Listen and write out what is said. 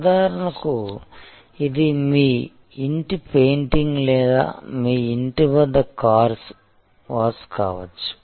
ఉదాహరణకు ఇది మీ ఇంటి పెయింటింగ్ లేదా మీ ఇంటి వద్ద కార్ వాష్ కావచ్చు